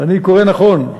אני קורא נכון.